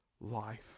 life